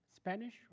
Spanish